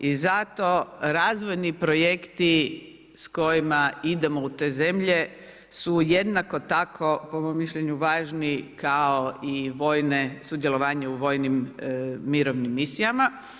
I zato razvojni projekti, s kojima idemo u te zemlje, su jednako tako po mom, mišljenju važni kao i sudjelovanje u vojnim mirovnim misijama.